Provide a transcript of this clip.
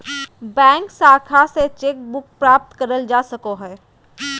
bank शाखा से cheque book प्राप्त करल जा सको हय